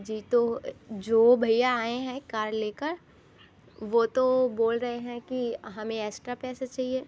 जी तो जो भैया आएँ हैं कार लेकर वह तो बोल रहे हैं कि हमें एस्ट्रा पैसे चाहिए